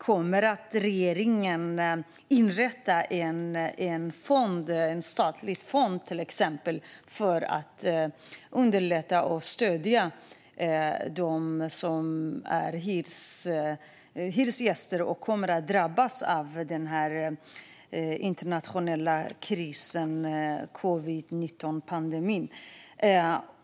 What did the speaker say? Kommer regeringen att inrätta till exempel en statlig fond för att underlätta och stödja hyresgäster som kommer att drabbas av denna internationella kris, covid-19-pandemin?